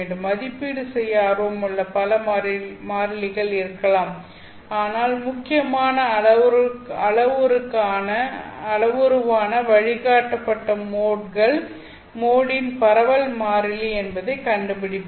மதிப்பீடு செய்ய ஆர்வமுள்ள பல மாறிலிகள் இருக்கலாம் ஆனால் முக்கியமான அளவுருவான வழிகாட்டப்பட்ட மோடின் பரவல் மாறிலி என்பதை கண்டுபிடிப்பீர்கள்